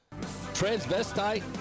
transvestite